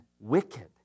wicked